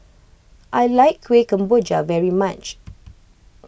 I like Kuih Kemboja very much